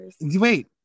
Wait